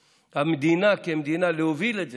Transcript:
המדינה, וכמדינה להוביל את זה.